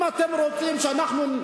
אם אתם רוצים שאנחנו,